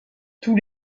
tous